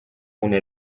una